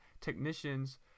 technicians